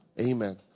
Amen